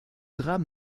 drame